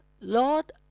Lord